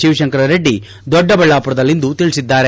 ಶಿವಶಂಕರ ರೆಡ್ಡಿ ದೊಡ್ಡಬಳ್ಳಾಮರದಲ್ಲಿಂದು ತಿಳಿಸಿಸಿದ್ದಾರೆ